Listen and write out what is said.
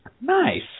Nice